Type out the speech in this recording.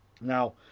Now